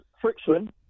friction